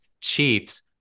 Chiefs